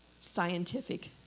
scientific